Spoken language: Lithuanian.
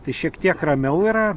tai šiek tiek ramiau yra